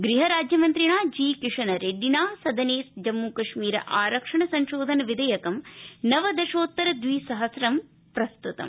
गृह राज्यमन्त्रिणा जी किशनरेड़िडना सदने जम्म कश्मीर आरक्षण संशोधन विधेयकं नवदशोत्तर द्विसहम्रं प्रस्तुतम्